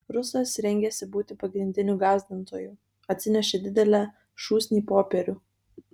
rusas rengėsi būti pagrindiniu gąsdintoju atsinešė didelę šūsnį popierių